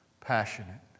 passionate